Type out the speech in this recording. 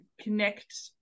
connect